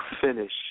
finish